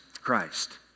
Christ